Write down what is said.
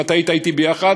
אם היית אתי ביחד,